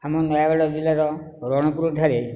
ଆମ ନୟାଗଡ଼ ଜିଲ୍ଲାର ରଣପୁର ଠାରେ